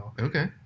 Okay